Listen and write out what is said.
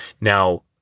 Now